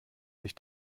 sich